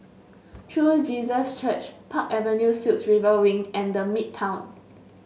True Jesus Church Park Avenue Suites River Wing and The Midtown